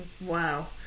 Wow